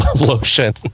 lotion